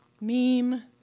meme